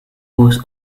was